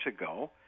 ago